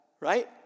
right